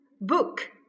book